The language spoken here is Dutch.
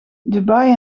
dubai